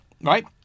right